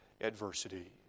adversity